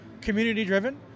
community-driven